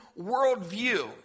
worldview